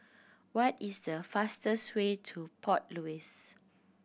what is the fastest way to Port Louis